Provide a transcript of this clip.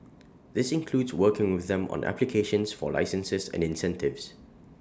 this includes working with them on applications for licenses and incentives